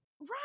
Right